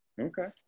Okay